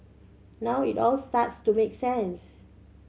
now it all starts to make sense